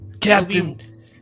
Captain